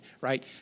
right